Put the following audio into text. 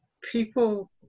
people